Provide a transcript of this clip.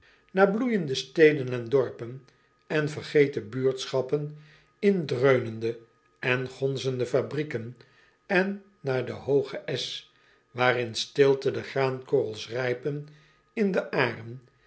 naar bloeijende steden en dorpen en vergeten buurtschappen in dreunende en gonzende fabrieken en naar den hoogen esch waar in stilte de graankorrels rijpen in de aren